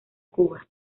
cuba